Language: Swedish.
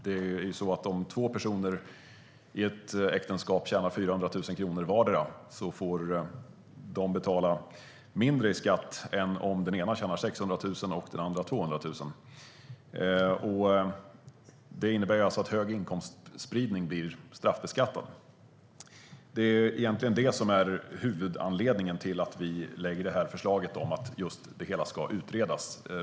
Om två personer i ett äktenskap tjänar 400 000 kronor vardera får de betala mindre i skatt än om den ena tjänar 600 000 och den andra 200 000. Det innebär alltså att högre inkomstspridning blir straffbeskattad. Det är egentligen detta som är huvudanledningen till att vi lägger fram förslaget om att det hela ska utredas.